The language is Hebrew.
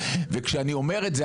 וכשאני אומר את זה,